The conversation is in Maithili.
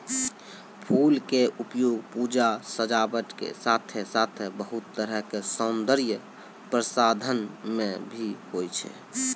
फूल के उपयोग पूजा, सजावट के साथॅ साथॅ बहुत तरह के सौन्दर्य प्रसाधन मॅ भी होय छै